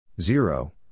Zero